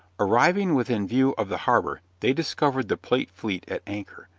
arriving within view of the harbor they discovered the plate fleet at anchor,